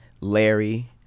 Larry